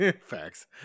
Facts